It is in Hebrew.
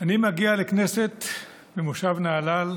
אני מגיע לכנסת ממושב נהלל,